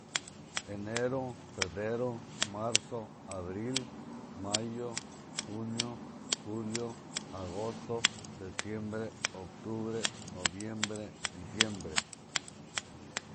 Enero, febrero, marzo, abril, mayo, junio, julio, agosto, septiembre, octubre, noviembre, diciembre.